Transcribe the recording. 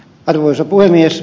arvoisa puhemies